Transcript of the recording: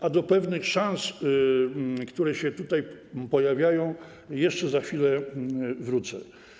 A do pewnych szans, które się tutaj pojawiają, jeszcze za chwilę wrócę.